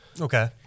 Okay